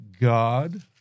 God